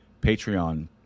Patreon